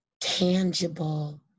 tangible